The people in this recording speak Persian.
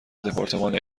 دپارتمان